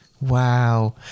Wow